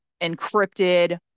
encrypted